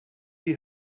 die